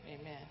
Amen